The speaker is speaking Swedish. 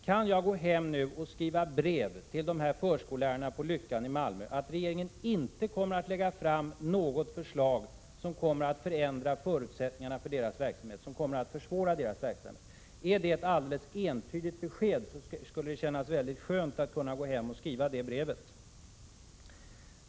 Kan jag nu gå hem och skriva brev till förskollärarna i Lyckan i Malmö, att regeringen inte kommer att lägga fram något förslag som kommer att förändra förutsättningarna för deras verksamhet och försvåra deras verksamhet? Är det ett alldeles entydigt besked, så skulle det kännas skönt att kunna skriva det brevet.